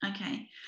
Okay